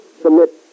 submit